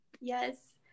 yes